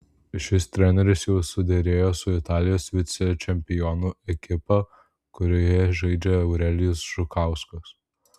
šis treneris jau suderėjo su italijos vicečempionų ekipa kurioje žaidžia eurelijus žukauskas